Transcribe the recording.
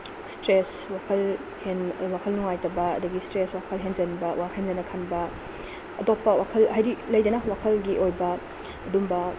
stress ꯋꯥꯈꯜ ꯋꯥꯈꯜ ꯅꯨꯡꯉꯥꯏꯇꯕ ꯑꯗꯒꯤ ꯁ꯭ꯇ꯭ꯔꯦꯁ ꯋꯥꯈꯜ ꯍꯦꯟꯖꯟꯕ ꯍꯦꯟꯖꯟꯅ ꯈꯟꯕ ꯑꯇꯣꯞꯄ ꯋꯥꯈꯜ ꯍꯥꯏꯗꯤ ꯂꯩꯗꯅ ꯋꯥꯈꯜꯒꯤ ꯑꯣꯏꯕ ꯑꯗꯨꯒꯨꯝꯕ